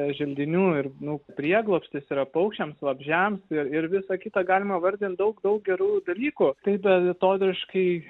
želdinių ir nu prieglobstis yra paukščiams vabzdžiams ir ir visa kita galima vardint daug daug gerų dalykų taip beatodairiškai